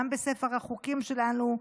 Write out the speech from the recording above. גם בספר החוקים שלנו,